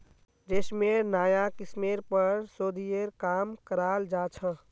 रेशमेर नाया किस्मेर पर शोध्येर काम कराल जा छ